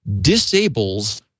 disables